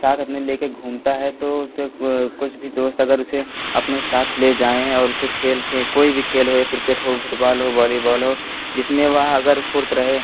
साथ अपने लेकर घूमता है तो उसे कुछ भी दोस्त अगर उसे अपने साथ ले जाएँ और उसे खेल खे कोई भी खेल हो या क्रिकेट हो फुटबाल हो बोलीबोल हो जिसमें वह अगर फुर्ती रहे